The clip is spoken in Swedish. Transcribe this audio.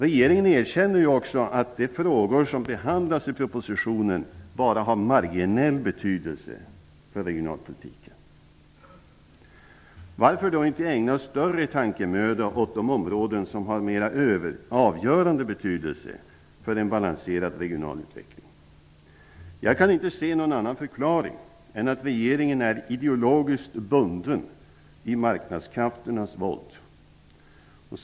Regeringen erkänner ju också att de frågor som behandlas i propositionen bara har marginell betydelse för regionalpolitiken. Varför då inte ägna större tankemöda åt de områden som har mera avgörande betydelse för en balanserad regionalutveckling? Jag kan inte se någon annan förklaring än att regeringen är ideologiskt bunden i marknadskrafternas våld.